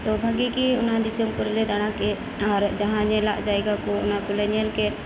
ᱛᱚ ᱵᱷᱟᱜᱮᱜᱮ ᱚᱱᱟ ᱫᱤᱥᱟᱹᱢ ᱠᱚᱨᱮᱞᱮ ᱫᱟᱬᱟᱠᱮᱫ ᱚᱱᱟᱨᱮ ᱡᱟᱦᱟᱸ ᱧᱮᱞᱟᱜ ᱡᱟᱭᱜᱟ ᱠᱚ ᱚᱱᱟᱠᱚᱞᱮ ᱧᱮᱞᱠᱮᱫ